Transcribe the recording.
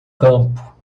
campo